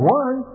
one